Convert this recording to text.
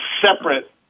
separate